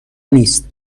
نیست